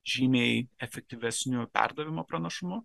žymiai efektyvesniu perdavimo pranašumu